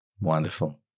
Wonderful